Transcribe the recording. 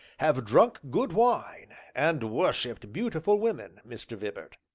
have drunk good wine, and worshipped beautiful women, mr. vibart.